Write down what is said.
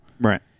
right